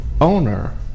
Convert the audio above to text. owner